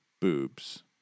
boobs